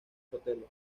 sotelo